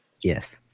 Yes